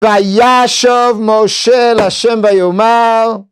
וישוב משה לשם ויאמר